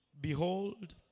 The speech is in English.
Behold